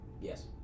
Yes